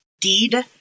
deed